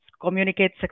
communicate